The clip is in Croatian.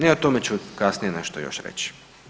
I o tome ću kasnije nešto još reći.